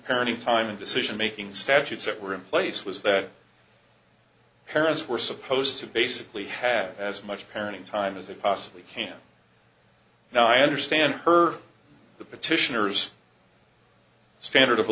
parenting time decision making statutes that were in place was that parents were supposed to basically have as much parenting time as they possibly can now i understand her the petitioner's standard of